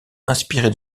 inspiré